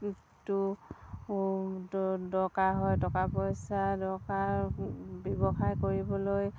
টো দৰকাৰ হয় টকা পইচা দৰকাৰ ব্যৱসায় কৰিবলৈ